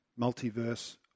multiverse